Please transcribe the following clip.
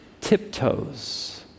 tiptoes